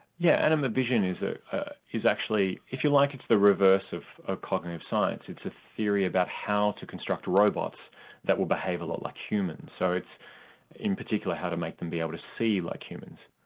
yeah, animate vision is ah is actually, if you like, it's the reverse of ah cognitive science it's a theory about how to construct robots that will behave a lot like humans, so in particular how to make them be able to see like humans.